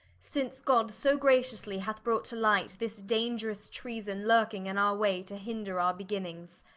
since god so graciously hath brought to light this dangerous treason, lurking in our way, to hinder our beginnings.